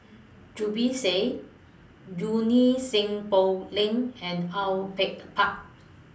Zubir Said Junie Sng Poh Leng and Au Yue Pak